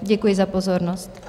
Děkuji za pozornost.